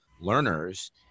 learners